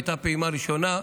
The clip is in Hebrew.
הייתה פעימה ראשונה.